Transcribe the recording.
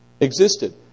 existed